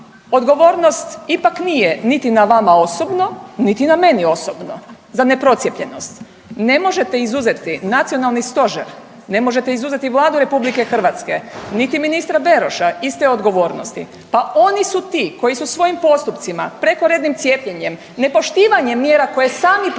odgovornost ipak nije niti na vama osobno, niti na meni osobno za ne procijepljenost. Ne možete izuzeti nacionalni stožer, ne možete izuzeti Vladu RH niti ministra Beroša iste odgovornosti. Pa oni su ti koji su svojim postupcima, prekorednim cijepljenjem, nepoštivanjem mjera koje sami propagiraju